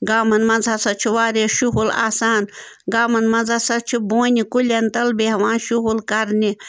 گامَن منٛز ہَسا چھُ واریاہ شُہُل آسان گامَن مَنٛز ہَسا چھِ بونہِ کُلٮ۪ن تَل بیٚہوان شُہُل کَرنہِ